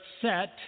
set